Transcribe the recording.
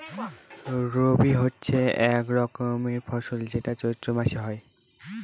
রবি হচ্ছে এক রকমের ফসল যেটা চৈত্র মাসে হয়